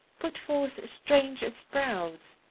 put forth strange sprouts,